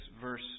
verse